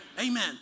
Amen